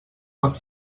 pot